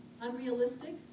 Unrealistic